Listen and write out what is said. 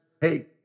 Hey